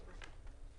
יש הערות לסעיף 17?